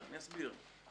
אני אסביר.